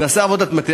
נעשה עבודת מטה.